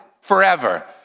Forever